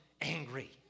angry